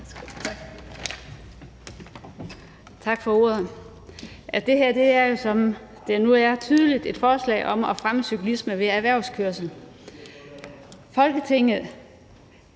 Tak for ordet. Det her er, som det nu er tydeligt, et forslag om at fremme cyklisme ved erhvervskørsel. Folketinget